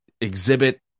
exhibit